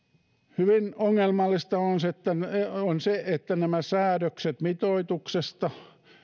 hyvin ongelmallista on se että nämä säädökset mitoituksesta